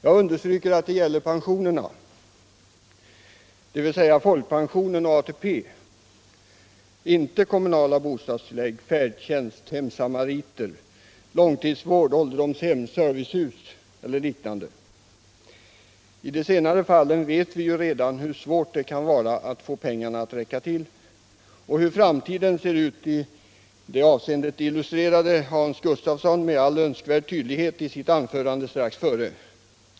Jag understryker att det gäller pensionerna, dvs. folkpensionen och ATP, inte kommunala bostadsbidrag, färdtjänst, hemsamariter, långtidsvård, ålderdomshem, servicehus eller liknande. I de senare fallen vet vi redan hur svårt det kan vara att få pengarna att räcka till. Hur framtiden ser ut i det avseendet illustrerade Hans Gustafsson med all önskvärd tydlighet i sitt anförande strax före.